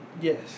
Yes